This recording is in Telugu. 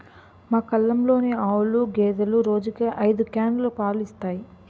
మా కల్లంలోని ఆవులు, గేదెలు రోజుకి ఐదు క్యానులు పాలు ఇస్తాయి